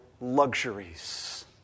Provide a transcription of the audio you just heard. luxuries